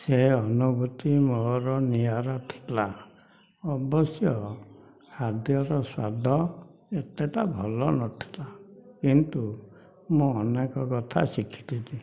ସେ ଅନୁଭୂତି ମୋର ନିଆରା ଥିଲା ଅବଶ୍ୟ ଖାଦ୍ୟର ସ୍ଵାଦ ଏତେଟା ଭଲ ନଥିଲା କିନ୍ତୁ ମୁଁ ଅନେକ କଥା ଶିଖିଥିଲି